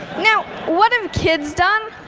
now, what have kids done?